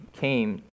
came